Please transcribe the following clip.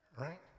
right